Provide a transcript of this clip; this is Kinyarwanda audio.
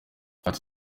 ati